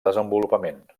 desenvolupament